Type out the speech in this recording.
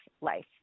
life